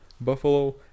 buffalo